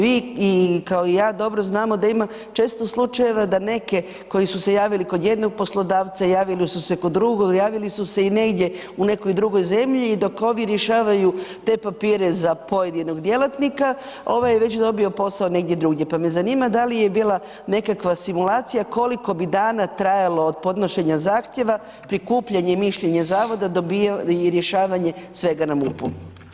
Vi i, kao i ja dobro znamo da ima često slučajeva da neke koji su se javili kod jednog poslodavci, javili su se kod drugog, javili su se i negdje u nekoj drugoj zemlji i dok ovi rješavaju te papire za pojedinog djelatnika, ovaj je već dobio posao negdje drugdje, pa me zanima da li je bila nekakva simulacija koliko bi dana trajalo od podnošenja zahtjeva, prikupljanje i mišljenje zavoda i rješavanje svega na MUP-u?